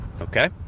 Okay